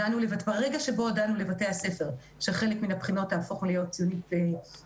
ברגע שבו הודענו לבתי הספר שחלק מהבחינות תהפוכנה להיות בית-ספריות,